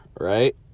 right